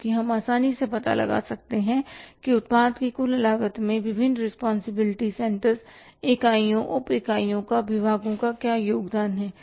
क्योंकि हम आसानी से पता लगा सकते हैं कि उत्पाद की कुल लागत में विभिन्न रिस्पांसिबिलिटी सेंटरइकाइयों उप इकाइयों या विभागों का क्या योगदान है